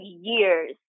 years